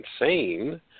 insane